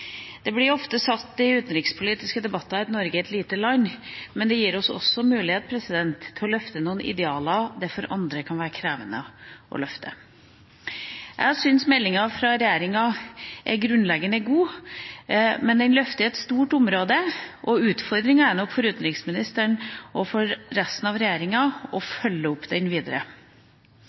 Det blir ofte sagt i utenrikspolitiske debatter at Norge er et lite land, men det gir oss også mulighet til å løfte noen idealer som for andre kan være krevende å løfte. Jeg syns meldinga fra regjeringa er grunnleggende god. Men den løfter et stort område, og utfordringa for utenriksministeren og for resten av regjeringa er nok å